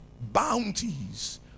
bounties